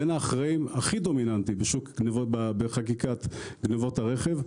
בין האחראים הכי דומיננטיים בחקיקת גניבות הרכב,